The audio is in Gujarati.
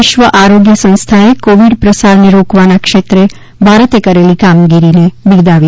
વિશ્વ આરોગ્ય સંસ્થાએ કોવિડ પ્રસારને રોકવાના ક્ષેત્રે ભારતે કરેલી કામગીરી બિરદાવી